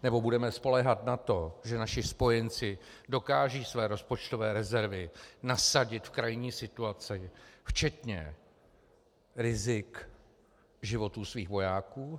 Nebo budeme spoléhat na to, že naši spojenci dokážou své rozpočtové rezervy nasadit v krajní situaci, včetně rizik životů svých vojáků?